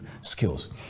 skills